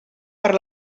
per